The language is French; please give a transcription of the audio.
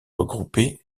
regroupés